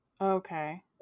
okay